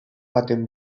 baten